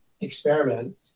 experiment